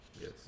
Yes